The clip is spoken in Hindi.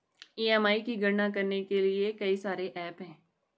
ई.एम.आई की गणना करने के लिए कई सारे एप्प हैं